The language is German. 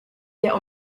der